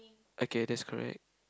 okay that's correct